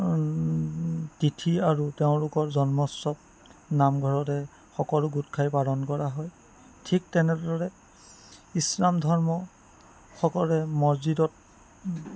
তিথি আৰু তেওঁলোকৰ জন্ম উৎসৱ নামঘৰতে সকলো গোটখাই পালন কৰা হয় ঠিক তেনেদৰে ইছলাম ধৰ্ম সকলোৱে মছজিদত